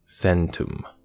centum